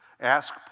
Ask